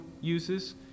uses